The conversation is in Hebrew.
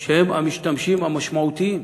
של המשתמשים המשמעותיים,